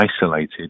isolated